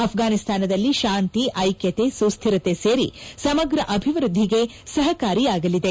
ಅಫ್ರಾನಿಸ್ತಾನದಲ್ಲಿ ಶಾಂತಿ ಐಕ್ಕತೆ ಸುಕ್ಕಿರತೆ ಸೇರಿ ಸಮಗ್ರ ಅಭಿವೃದ್ದಿಗೆ ಸಹಕಾರಿಯಾಗಲಿದೆ